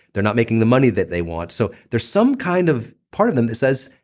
they're not making the money that they want. so there's some kind of part of them that says,